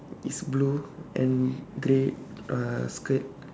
is blue and grey uh skirt